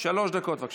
שלוש דקות, בבקשה.